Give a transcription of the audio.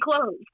closed